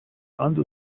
under